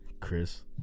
Chris